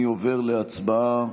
אני עובר להצבעה.